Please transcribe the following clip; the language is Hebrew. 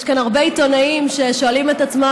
יש כאן הרבה עיתונאים ששואלים את עצמם